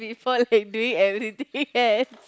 before like doing everything yes